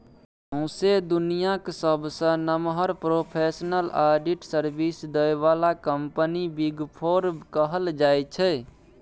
सौंसे दुनियाँक सबसँ नमहर प्रोफेसनल आडिट सर्विस दय बला कंपनी बिग फोर कहल जाइ छै